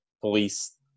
police